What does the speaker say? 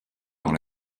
dans